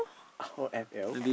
how F_L